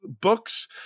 books